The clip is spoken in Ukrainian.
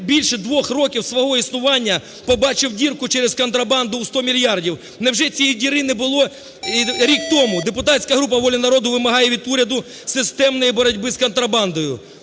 більше двох років свого існування побачив дірку через контрабанду у 100 мільярдів. Невже цієї діри не було рік тому? Депутатська група "Воля народу" вимагає від уряду системної боротьби з контрабандою.